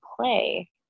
play